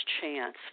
chance